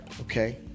Okay